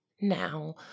Now